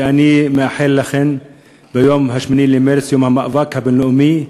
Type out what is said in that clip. אני מאחל לכן ביום 8 במרס, יום המאבק הבין-לאומי,